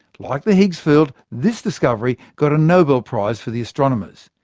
like the higgs field, this discovery got a nobel prize for the astronomers.